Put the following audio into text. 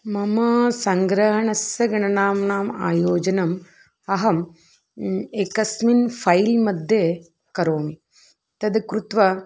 मम सङ्ग्रहणस्य गणनाम्ना आयोजनम् अहम् एकस्मिन् फ़ैल् मध्ये करोमि तत् कृत्वा